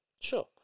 Sure